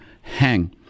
hang